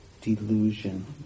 delusion